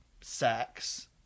sex